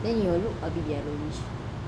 then it will look a bit yellowish